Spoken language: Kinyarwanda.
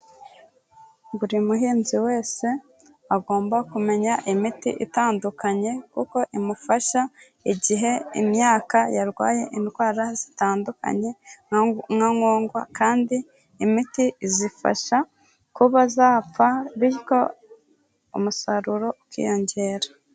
Buri muhinzi wese agomba kumenya imiti itandukanye kuko imufasha igihe imyaka yarwaye indwara zitandukanye nka nkongwa, kandi imiti izifasha kuba zapfa bityo umusaruro ukiyongera.